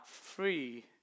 free